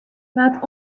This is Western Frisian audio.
waard